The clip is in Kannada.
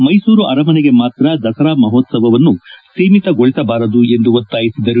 ಮೈಸೂರು ಅರಮನೆಗೆ ಮಾತ್ರ ದಸರಾ ಮಹೋತ್ತವವನ್ನು ಸೀಮಿತಗೊಳಿಸಬಾರದು ಎಂದು ಒತ್ತಾಯಿಸಿದರು